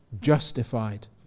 justified